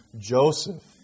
Joseph